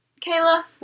Kayla